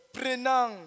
prenant